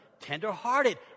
tender-hearted